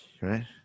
right